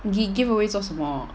giv~ giveaway 做什么